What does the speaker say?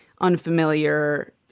unfamiliar